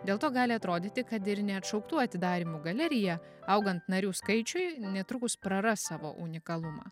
dėl to gali atrodyti kad ir neatšauktų atidarymų galerija augant narių skaičiui netrukus praras savo unikalumą